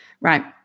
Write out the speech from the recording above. right